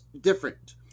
different